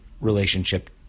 relationship